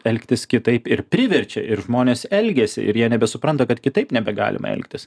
elgtis kitaip ir priverčia ir žmonės elgiasi ir jie nebesupranta kad kitaip nebegalime elgtis